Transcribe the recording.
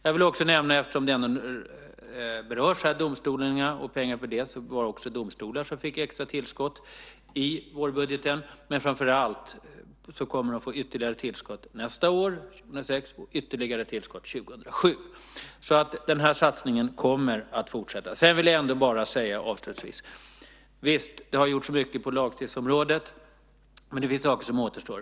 Eftersom domstolarna och pengarna till dem berörts här vill jag säga att det också var domstolarna som fick extra tillskott i vårbudgeten. Framför allt kommer de att få ytterligare tillskott nästa år och 2007, så den här satsningen kommer att fortsätta. Avslutningsvis vill jag bara säga att visst, det har gjorts mycket på lagstiftningsområdet, men det finns saker som återstår.